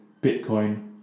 bitcoin